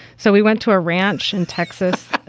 so we went to a ranch in texas